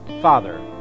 Father